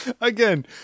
Again